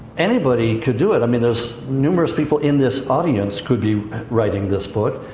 anybody could do it. i mean, there's numerous people in this audience could be writing this book.